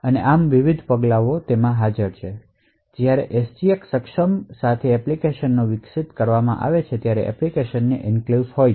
તેથી આમાં વિવિધ પગલાં શામેલ છે જ્યારે SGX સક્ષમ એપ્લિકેશન વિકસિત કરવામાં આવે છે ત્યારે એપ્લિકેશન ને એન્ક્લેવ્સ હોય છે